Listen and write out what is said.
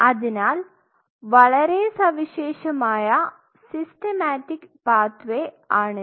അതിനാൽ വളരെ സവിശേഷമായ സിസ്റ്റമാറ്റിക് പാത്വേ ആണിത്